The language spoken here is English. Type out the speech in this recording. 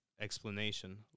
explanation